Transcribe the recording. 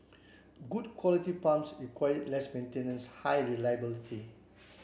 good quality pumps require less maintenance high reliability